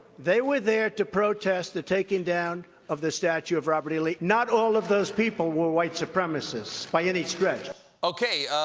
they were there to protest the taking down of the statute of robert e. lee. not all of those people were white supremacists, by any stretch. stephen okay.